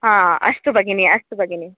हा अस्तु भगिनी अस्तु भगिनी